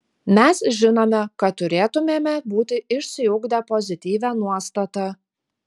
mes žinome kad turėtumėme būti išsiugdę pozityvią nuostatą